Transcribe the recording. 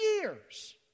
years